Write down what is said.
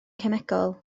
cemegol